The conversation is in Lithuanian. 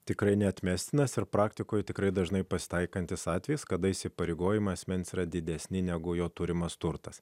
tikrai neatmestinas ir praktikoje tikrai dažnai pasitaikantis atvejis kada įsipareigojimą asmens yra didesni negu jo turimas turtas